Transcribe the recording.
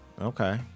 Okay